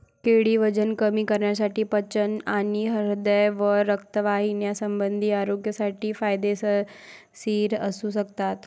केळी वजन कमी करण्यासाठी, पचन आणि हृदय व रक्तवाहिन्यासंबंधी आरोग्यासाठी फायदेशीर असू शकतात